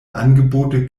angebote